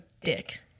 dick